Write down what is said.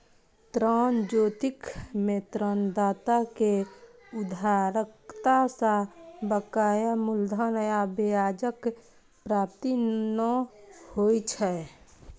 ऋण जोखिम मे ऋणदाता कें उधारकर्ता सं बकाया मूलधन आ ब्याजक प्राप्ति नै होइ छै